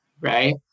right